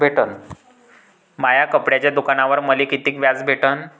माया कपड्याच्या दुकानावर मले कितीक व्याज भेटन?